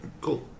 cool